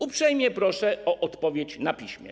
Uprzejmie proszę o odpowiedź na piśmie.